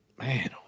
Man